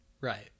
Right